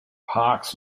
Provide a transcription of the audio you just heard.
parks